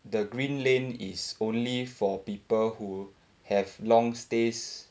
the green lane is only for people who have long stays